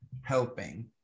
helping